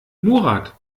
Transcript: murat